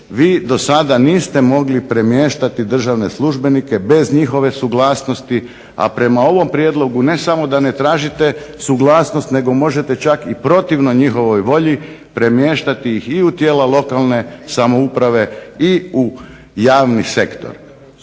vi do sada niste mogli premještati državne službenike bez njihove suglasnosti. A prema ovom prijedlogu ne samo da ne tražite suglasnost nego možete čak i protivno njihovoj volji premještati ih i u tijela lokalne samouprave i u javni sektor.